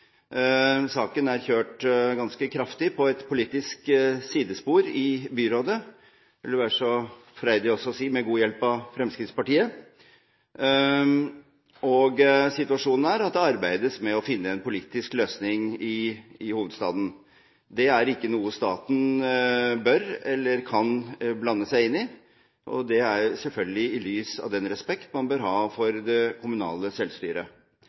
saken er i byrådet kjørt ganske kraftig på et politisk sidespor – jeg vil være så freidig å si: med god hjelp av Fremskrittspartiet. Situasjonen er at det arbeides med å finne en politisk løsning i hovedstaden. Det er selvfølgelig ikke noe staten bør, eller kan, blande seg inn i, i lys av den respekt man bør ha for det kommunale selvstyret.